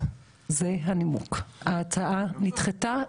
ההצעה נדחתה.